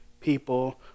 people